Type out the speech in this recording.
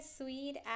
sweet